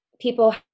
people